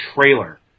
trailer